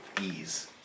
ease